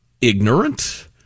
ignorant